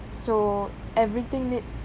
so everything needs